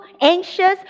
anxious